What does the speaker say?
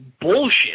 bullshit